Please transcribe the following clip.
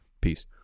peace